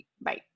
Bye